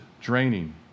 draining